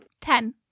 Ten